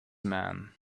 man